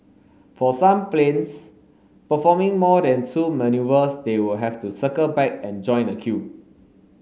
for some planes performing more than two manoeuvres they will have to circle back and join the queue